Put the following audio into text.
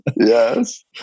Yes